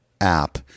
app